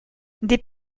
des